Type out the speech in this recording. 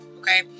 Okay